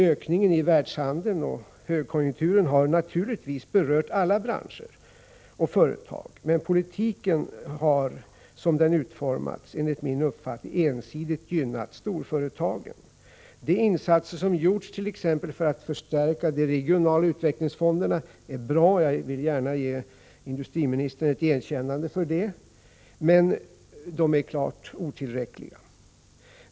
Ökningen i världshandeln och högkonjunkturen har naturligtvis berört alla branscher och företag, men politiken har som den utformats enligt min uppfattning ensidigt gynnat storföretagen. De insatser som gjorts t.ex. för att förstärka de regionala utvecklingsfonderna är bra, vilket jag vill ge industriministern ett erkännande för, men de är klart otillräckliga.